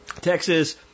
Texas